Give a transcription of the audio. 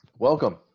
Welcome